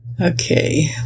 Okay